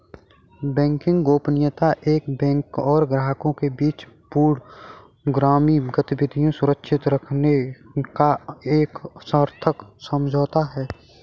banking गोपनीयता एक bank और ग्राहकों के बीच पूर्वगामी गतिविधियां सुरक्षित रखने का एक सशर्त समझौता है